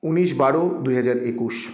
উনিশ বারো দুই হাজার একুশ